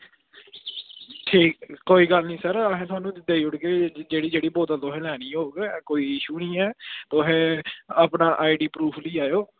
ठीक कोई गल्ल निं सर असें थुहानू देई ओड़गे जेह्ड़ी जेह्ड़ी बोतल तुसें लैनी होग कोई इश्यू निं ऐ असें तुस अपना आईडी प्रूफ लेई आयो